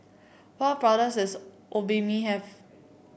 what product does Obimin have